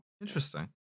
Interesting